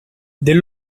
del